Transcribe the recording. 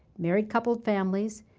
married couple families,